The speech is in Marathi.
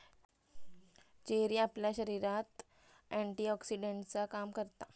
चेरी आपल्या शरीरात एंटीऑक्सीडेंटचा काम करता